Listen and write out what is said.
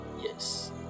yes